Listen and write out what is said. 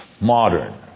modern